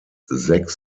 sechs